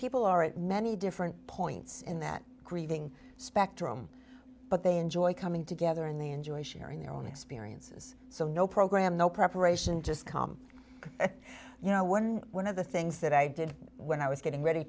people are at many different points in that grieving spectrum but they enjoy coming together in the enjoy sharing their own experiences so no program no preparation just come you know one one of the things that i did when i was getting ready